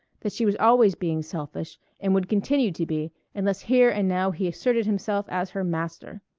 that she was always being selfish and would continue to be unless here and now he asserted himself as her master.